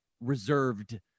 reserved